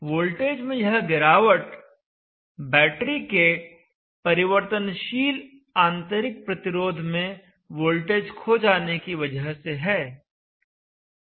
voltage में यह गिरावट बैटरी के परिवर्तनशील आंतरिक प्रतिरोध में वोल्टेज खो जाने की वजह से है